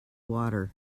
water